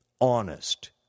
honest